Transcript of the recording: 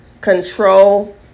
control